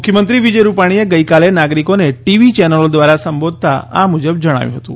મુખ્યમંત્રી વિજય રૂપાણીએ ગઇકાલે નાગરિકોને ટીવી ચેનલો દ્વારા સંબોધતા આ મુજબ જણાવ્યું હતું